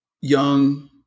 young